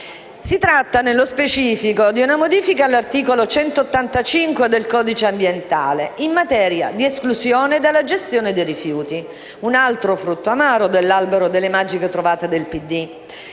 Si tratta, nello specifico, di una modifica all'articolo 185 del codice ambientale, in materia di esclusione dalla gestione dei rifiuti; un altro frutto amaro dell'albero delle magiche trovate del PD.